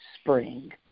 Spring